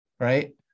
right